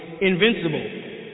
invincible